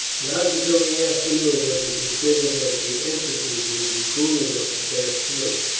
not until the afternoon was it considered that the entrances would be cool enough to pass through.